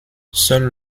seul